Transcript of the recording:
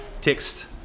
text